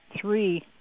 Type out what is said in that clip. three